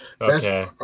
okay